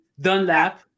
Dunlap